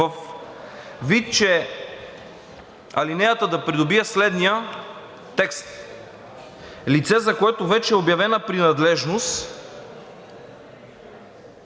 вид, че алинеята да придобие следния текст: „Лице, за което вече е обявена принадлежност